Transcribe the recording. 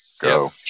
Go